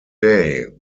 day